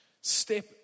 step